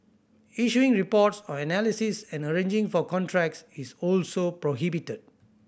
issuing reports or analysis and arranging for contracts is also prohibited